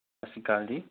ਸਤਿ ਸ਼੍ਰੀ ਅਕਾਲ ਜੀ